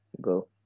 go